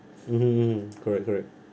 mmhmm mmhmm correct correct